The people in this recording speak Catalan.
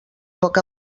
poc